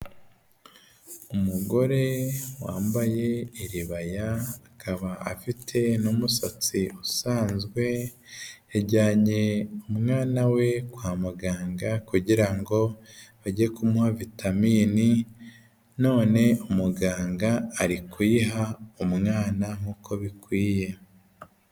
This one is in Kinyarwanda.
Umugore wambaye iribaya akaba afite n'umusatsi usanzwe, yajyanye umwana we kwa muganga kugira ngo ajye kumuha vitaminini none muganga arikuyiha umwana nk'uko bikwiye.